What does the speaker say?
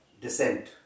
descent